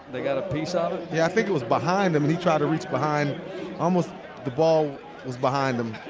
they got a piece ah of it? i yeah think it was behind him. he tried to reach behind almost the ball was behind him,